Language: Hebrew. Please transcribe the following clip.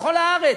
בכל הארץ,